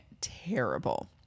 terrible